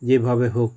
যে ভাবে হোক